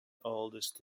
oldest